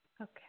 okay